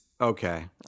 Okay